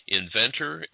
inventor